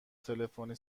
تلفنی